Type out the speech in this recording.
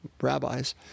rabbis